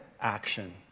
action